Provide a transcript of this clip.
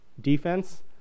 defense